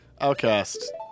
Outcast